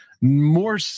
More